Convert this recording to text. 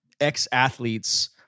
ex-athletes